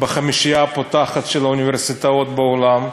בחמישייה הפותחת של האוניברסיטאות בעולם,